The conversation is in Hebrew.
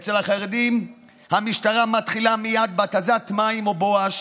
אצל החרדים המשטרה מתחילה מייד בהתזת מים או בואש